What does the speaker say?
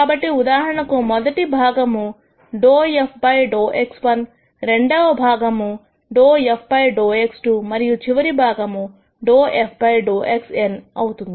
కాబట్టి ఉదాహరణకు మొదటి భాగము ∂f ∂x1రెండవ భాగము ∂f ∂x2 మరియు చివరి భాగము ∂f ∂xn అవుతుంది